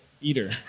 eater